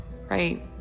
right